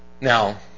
Now